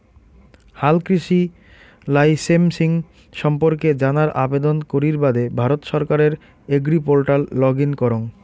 হালকৃষি লাইসেমসিং সম্পর্কে জানার আবেদন করির বাদে ভারত সরকারের এগ্রিপোর্টাল লগ ইন করঙ